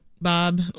Bob